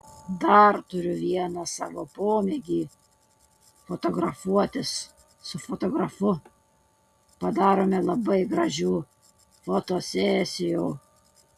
dar turiu vieną savo pomėgį fotografuotis su fotografu padarome labai gražių fotosesijų